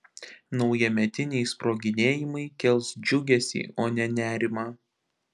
naujametiniai sproginėjimai kels džiugesį o ne nerimą